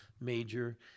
major